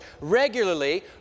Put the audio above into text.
regularly